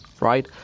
right